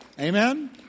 Amen